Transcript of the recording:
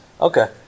okay